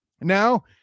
Now